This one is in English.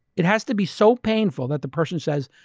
it has to be so painful that the person says,